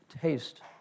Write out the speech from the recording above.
taste